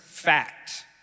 Fact